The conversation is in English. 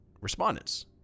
respondents